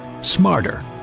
smarter